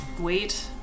wait